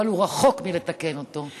אבל זה רחוק מלתקן אותו.